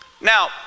Now